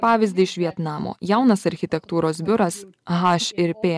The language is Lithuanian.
pavyzdį iš vietnamo jaunas architektūros biuras haš ir pė